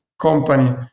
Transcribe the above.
company